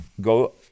go